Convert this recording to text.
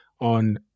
on